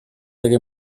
delle